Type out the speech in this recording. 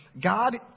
God